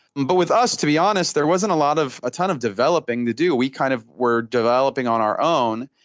and but with us, to be honest, there wasn't a lot of or a ton of developing to do. we kind of were developing on our own,